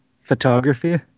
photography